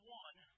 one